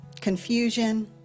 confusion